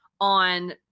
on